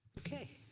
okay.